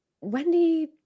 Wendy